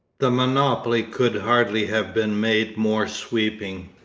the monopoly could hardly have been made more sweeping.